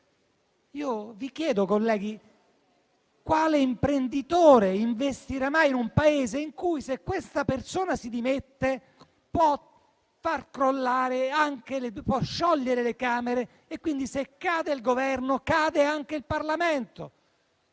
Vi chiedo, colleghi: quale imprenditore investirà mai in un Paese in cui, se questa persona si dimette, può far sciogliere le Camere e quindi, se cade il Governo, cade anche il Parlamento?